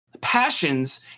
passions